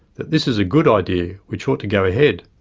that this is a good idea which ought to go ahead?